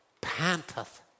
panteth